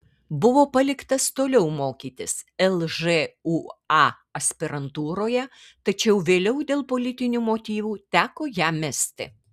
buvo paliktas toliau mokytis lžūa aspirantūroje tačiau vėliau dėl politinių motyvų teko ją mesti